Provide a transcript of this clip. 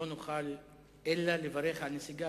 לא נוכל אלא לברך על נסיגה,